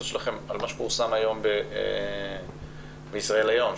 שלכם על מה שפורסם היום בישראל היום,